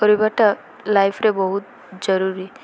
କରିବାଟା ଲାଇଫ୍ରେ ବହୁତ ଜରୁରୀ